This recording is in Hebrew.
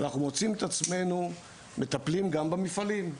אנחנו מוצאים את עצמנו מטפלים גם במפעלים.